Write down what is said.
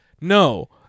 No